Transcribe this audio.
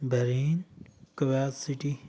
Bahrain Kuwait city